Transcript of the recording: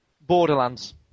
Borderlands